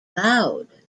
loud